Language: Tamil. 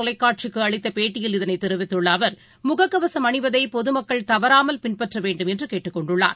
தொலைக்காட்சிக்குஅளித்தபேட்டியில் இதனைத் தனியா் தெரிவித்துள்ளஅவர் முகக்கவசும் அணிவதைபொதுமக்கள் தவறாமல் பின்பற்றவேண்டும் என்றுகேட்டுக்கொண்டுள்ளார்